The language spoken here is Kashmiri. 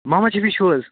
محمد شیفی چھِو حظ